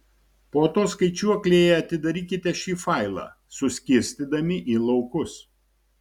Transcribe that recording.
po to skaičiuoklėje atidarykite šį failą suskirstydami į laukus